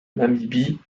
namibie